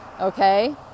okay